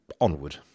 onward